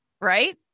right